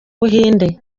buhinde